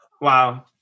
wow